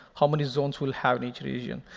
how many zones we'll have in each region.